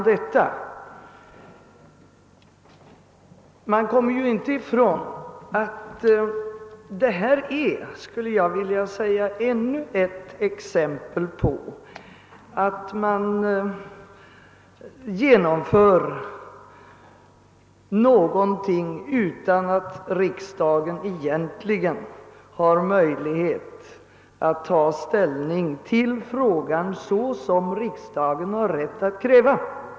Detta är, skulle jag vilja säga, ännu ett exempel på att man genomför någonting utan att riksdagen egentligen har möjlighet att ta ställning till frågan så som riksdagen har rätt att kräva.